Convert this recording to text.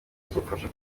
kimfasha